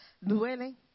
duelen